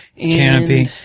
Canopy